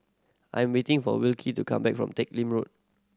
I'm waiting for Wilkie to come back from Teck Lim Road